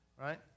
right